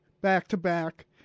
back-to-back